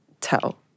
tell